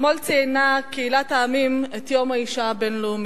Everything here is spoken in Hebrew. אתמול ציינה קהילת העמים את יום האשה הבין-לאומי.